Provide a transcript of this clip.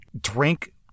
drink